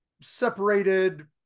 separated